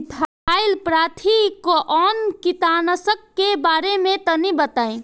Methyl parathion कीटनाशक के बारे में तनि बताई?